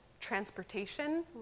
transportation